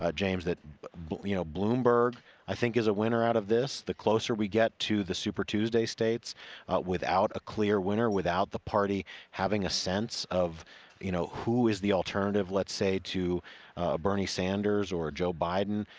ah james, that but you know bloomberg i think is a winner out of this in the closer we get to the super tuesday states without a clear winner and without the party having a sense of you know who is the alternative let's say to bernie sanders or joe biden,